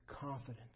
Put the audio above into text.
confidence